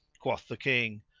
quoth the king,